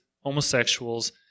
homosexuals